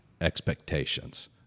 expectations